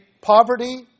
poverty